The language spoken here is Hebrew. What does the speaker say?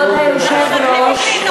כבוד היושב-ראש,